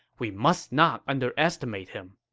we must not underestimate him.